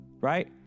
right